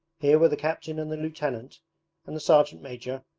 here were the captain and the lieutenant and the sergeant-major,